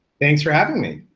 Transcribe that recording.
thanks for having me.